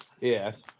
Yes